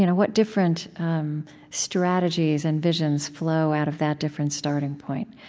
you know what different strategies and visions flow out of that different starting point?